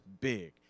big